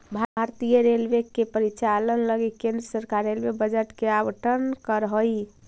भारतीय रेलवे के परिचालन लगी केंद्र सरकार रेलवे बजट के आवंटन करऽ हई